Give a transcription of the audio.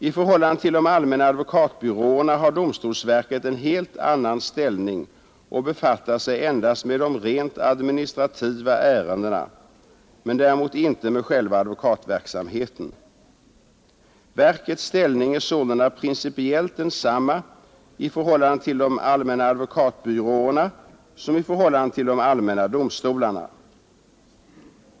I förhållande till de allmänna advokatbyråerna har domstolsverket en helt annan ställning och befattar sig endast med de rent administrativa ärendena men däremot inte med själva advokatverksamheten. Verkets ställning är sålunda principiellt densamma i förhållande till de allmänna advokatbyråerna som i förhållande till de allmänna domstolarna.